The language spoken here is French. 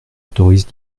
autorise